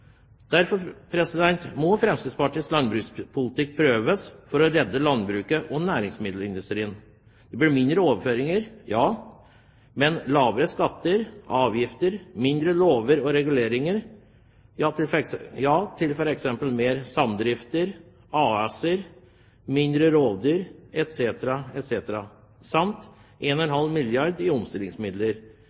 Derfor må Fremskrittspartiets landbrukspolitikk prøves for å redde landbruket og næringsmiddelindustrien. Det blir mindre overføringer, men lavere skatter og avgifter, færre lover og reguleringer, ja til f.eks. mer samdrifter og AS-er, færre rovdyr, etc. samt 1,5 milliarder kr i omstillingsmidler, som vil redde næringsmiddelindustrien og f.eks. norsk landbruk. Slik det er i